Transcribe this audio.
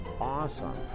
awesome